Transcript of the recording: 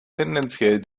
tendenziell